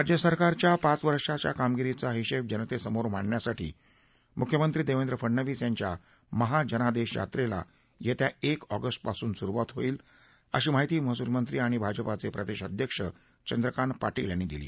राज्य सरकारच्या पाच वर्षाच्या कामगिरीचा हिशेब जनतेसमोर मांडण्यासाठी मुख्यमंत्री देवेंद्र फडणवीस यांच्या महा जनादेश यात्रेला येत्या एक ऑगस्टपासून सुरुवात होईल अशी माहिती महसूल मंत्री आणि भाजपाचे प्रदेश अध्यक्ष चंद्रकांत पाटील यांनी दिली